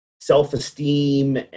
self-esteem